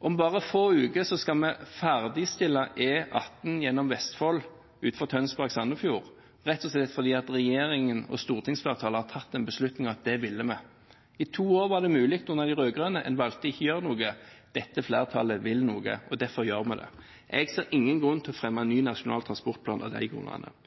Om bare få uker skal vi ferdigstille E18 gjennom Vestfold mellom Tønsberg og Sandefjord, rett og slett fordi regjeringen og stortingsflertallet har tatt beslutningen om at dette ville vi. I to år var det mulig under de rød-grønne. En valgte å ikke gjøre noe. Dette flertallet vil noe, og derfor gjør vi det. Jeg ser ingen grunn til å fremme en ny nasjonal transportplan av de